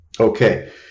Okay